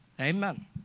amen